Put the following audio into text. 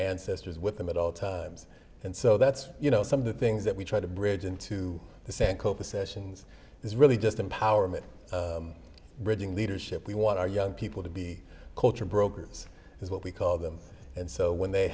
ancestors with them at all times and so that's you know some of the things that we try to bridge into the sand coppa sessions is really just empowerment bridging leadership we want our young people to be culture brokers is what we call them and so when they